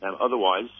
Otherwise